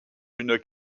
une